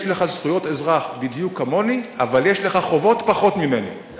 יש לך זכויות אזרח בדיוק כמו לי אבל יש לך חובות פחות מאשר לי.